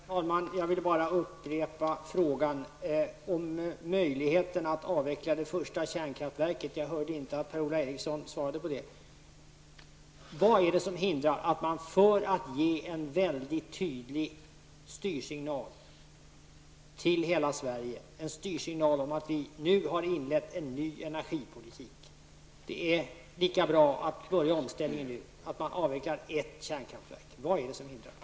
Herr talman! Jag vill upprepa frågan om möjligheten att avveckla ett första kärnkraftverk. Jag hörde inte att Per-Ola Eriksson svarade på den. Vad är det som hindrar att man ger en mycket tydlig styrsignal till hela Sverige om att vi nu har inlett en ny energipolitik? Det är lika bra att börja omställningen nu. Vad är det som hindrar att man avvecklar ett kärnkraftverk?